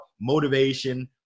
motivation